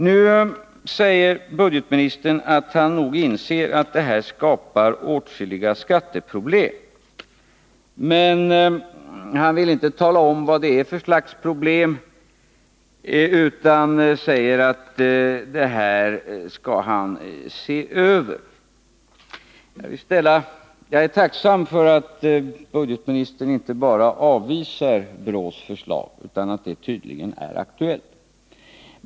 Nu säger budgetministern att han inser att det här skapar åtskilliga skatteproblem, men han vill inte tala om vad det är för slags problem, utan säger att han skall se över det hela. Jag är tacksam för att budgetministern inte bara avvisar BRÅ:s förslag. Han anser tydligen att det är aktuellt.